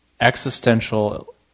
existential